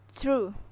true